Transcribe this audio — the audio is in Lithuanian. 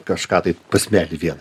kažką tai posmelį vieną